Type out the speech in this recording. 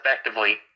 effectively